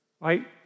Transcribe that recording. right